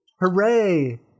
Hooray